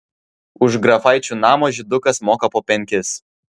už grafaičių namo žydukas moka po penkis